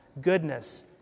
goodness